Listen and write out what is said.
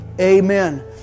Amen